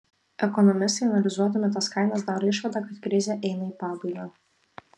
ekonomistai analizuodami tas kainas daro išvadą kad krizė eina į pabaigą